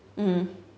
mm